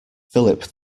philip